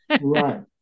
right